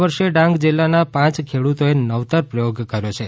આ વર્ષે ડાંગજિલ્લાના પાંચ ખેડૂતોએ નવતર પ્રયોગ કર્યો છે